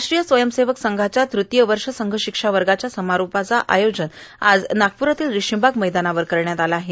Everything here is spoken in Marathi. राष्ट्रीय स्वयसेवक संघाच्या ततीय वर्ष संघ शिक्षा वर्गाच्या समारोपाचा आयोजन आज नागप्रातील रेशीमबाग मैदानावर करण्यात आला आहे